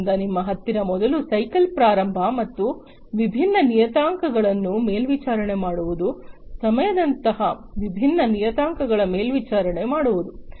ಆದ್ದರಿಂದ ನಿಮ್ಮ ಹತ್ತಿರ ಮೊದಲು ಸೈಕಲ್ ಪ್ರಾರಂಭ ಮತ್ತು ವಿಭಿನ್ನ ನಿಯತಾಂಕಗಳನ್ನು ಮೇಲ್ವಿಚಾರಣೆ ಮಾಡುವುದು ಸಮಯದಂತಹ ವಿಭಿನ್ನ ನಿಯತಾಂಕಗಳನ್ನು ಮೇಲ್ವಿಚಾರಣೆ ಮಾಡುವುದು